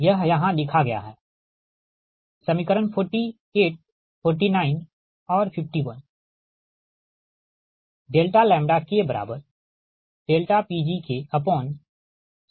यह यहाँ लिखा गया है समीकरण 48 49 और 51 KPgKi1m12di